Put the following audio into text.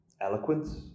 eloquence